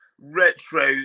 Retro